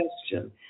question